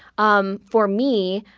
um for me,